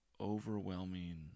overwhelming